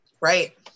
Right